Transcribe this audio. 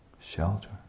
shelter